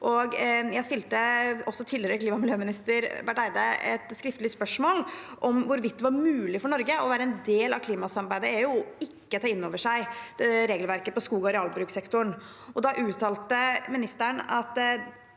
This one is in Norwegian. Jeg stilte tidligere klima- og miljøminister Barth Eide et skriftlig spørsmål om hvorvidt det var mulig for Norge å være en del av klimasamarbeidet i EU og ikke ta innover seg regelverket for skog- og arealbrukssektoren. Da uttalte ministeren at